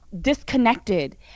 Disconnected